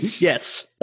Yes